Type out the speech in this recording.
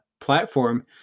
platform